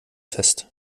fest